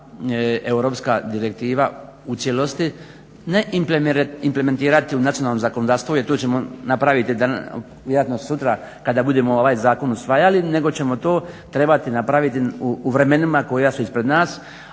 europska direktiva u cijelosti ne implementirati u nacionalnom zakonodavstvu jer tu ćemo napraviti vjerojatno sutra kad budemo ovaj zakon usvajali nego ćemo to trebati napraviti u vremenima koja su ispred nas,